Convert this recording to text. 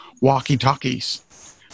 walkie-talkies